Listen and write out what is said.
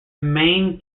main